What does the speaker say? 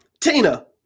Tina